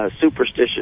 superstitious